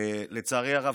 לצערי הרב,